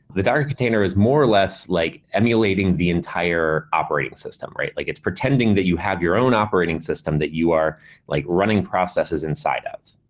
the docker container is more or less like emulating the entire operating system. it's like it's pretending that you have your own operating system that you are like running processes inside of.